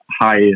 high